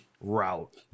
route